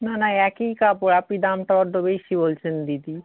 না না একই কাপড় আপনি দামটা বড্ড বেশি বলছেন দিদি